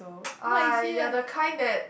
orh you're the kind that